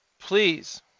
please